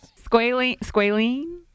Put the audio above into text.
squalene